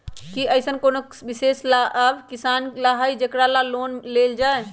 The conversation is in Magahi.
कि अईसन कोनो विशेष लाभ किसान ला हई जेकरा ला लोन लेल जाए?